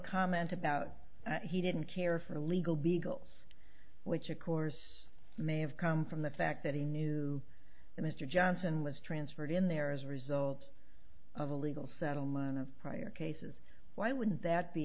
comment about he didn't care for legal beagles which of course may have come from the fact that he knew that mr johnson was transferred in there as a result of a legal settlement of prior cases why wouldn't that be